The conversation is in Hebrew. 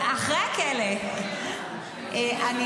שישימו --- בכלא, לא --- אחרי הכלא.